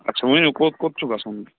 اچھا ؤنِو کوٚت کوٚت چھُ گَژھُن